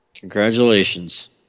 Congratulations